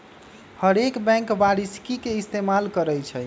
हरेक बैंक वारषिकी के इस्तेमाल करई छई